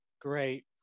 Great